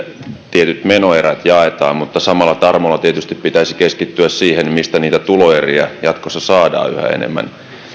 tietyt menoerät jaetaan mutta samalla tarmolla tietysti pitäisi keskittyä siihen mistä niitä tuloeriä jatkossa saadaan yhä enemmän